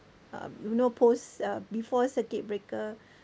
uh you know post uh before circuit breaker